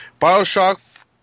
Bioshock